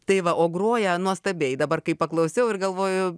tai va o groja nuostabiai dabar kai paklausiau ir galvoju